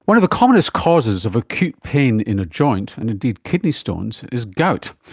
one of the commonest causes of acute pain in a joint and indeed kidney stones is gout.